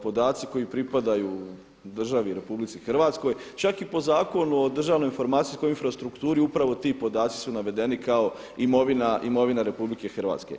Podaci koji pripadaju državi RH čak i po Zakon o državnoj informacijskoj infrastrukturi upravo ti podaci su navedeni kako imovina RH.